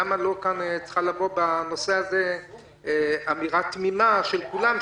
למה לא צריכה לבוא בנושא הזה אמירה תמימה של כולם,